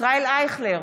ישראל אייכלר,